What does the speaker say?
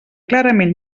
clarament